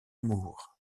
moore